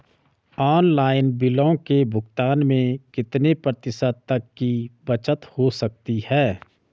Online बिलों के भुगतान में कितने प्रतिशत तक की बचत हो सकती है?